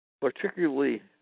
particularly